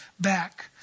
back